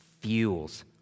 fuels